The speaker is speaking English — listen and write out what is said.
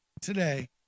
today